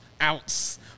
outs